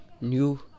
new